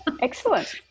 Excellent